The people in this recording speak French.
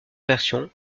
version